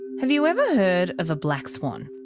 have you ever heard of a black swan?